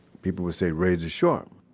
people would say, razor sharp.